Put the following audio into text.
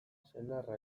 senarra